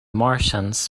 martians